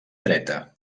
dreta